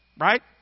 Right